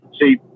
see